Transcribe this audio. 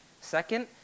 Second